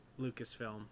Lucasfilm